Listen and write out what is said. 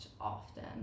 often